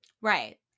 Right